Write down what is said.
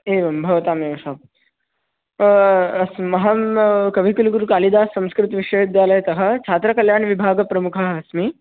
एवं भवतामेव शाप् अस्ति अहं कविकुलगुरुकालिदासः संस्कृतविश्वविद्यालयतः छात्रकल्याणविभागप्रमुखः अस्मि